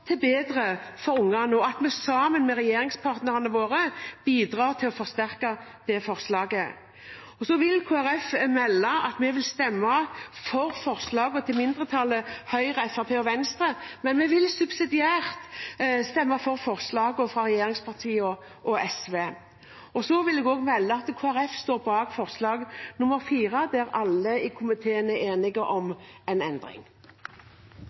at vi sammen med de tidligere regjeringspartnerne våre bidrar til å forsterke det forslaget. Kristelig Folkeparti vil melde at vi vil stemme for forslagene fra mindretallet Høyre, Fremskrittspartiet og Venstre, men vi vil subsidiært stemme for forslagene fra regjeringspartiene og SV. Så vil jeg også melde at Kristelig Folkeparti står bak forslag nr. 4, der alle i komiteen er enige om en endring.